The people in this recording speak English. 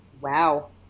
Wow